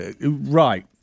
Right